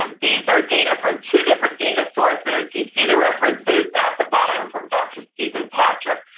um these are data from two different data sources. you see the references at the bottom from dr. steven patrick,